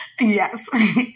Yes